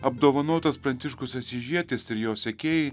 apdovanotas pranciškus asyžietis ir jo sekėjai